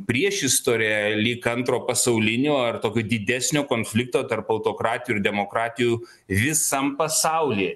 priešistorė lyg antro pasaulinio ar tokio didesnio konflikto tarp autokratijų ir demokratijų visam pasauly